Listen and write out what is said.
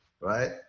right